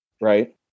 right